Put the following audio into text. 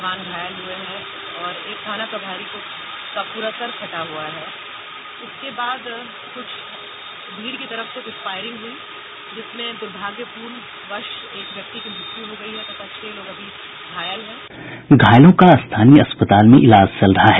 sound bite घायलों का स्थानीय अस्पताल में इलाज चल रहा है